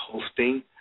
hosting